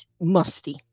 musty